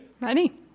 Ready